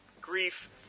grief